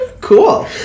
Cool